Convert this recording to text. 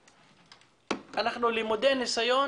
אנחנו למודי ניסיון